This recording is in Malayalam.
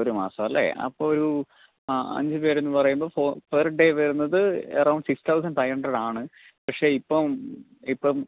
ഒരു മാസമല്ലേ അപ്പം ഒരു അഞ്ച് പേരെന്ന് പറയുമ്പോൾ പെർ ഡെ വരുന്നത് എറൗണ്ട് സിക്സ് തൗസണ്ട് ഫൈവ് ഹൺഡ്രഡാണ് പക്ഷേ ഇപ്പം ഇപ്പം